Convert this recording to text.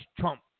Trump